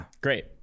Great